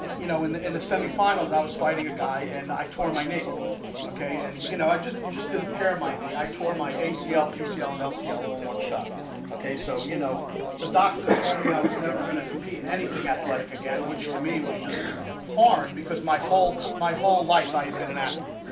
you know in the in the semi-finals. i was fighting a guy, and i tore my knee okay, and you know i just just didn't pair my knee. i tore my acl pcl and lcl on one shot okay, so you know the doctor never going to compete in anything athletic again? which to me was just foreign because my whole my whole life. i you've been an athlete.